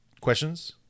Questions